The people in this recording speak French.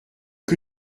que